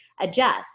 adjust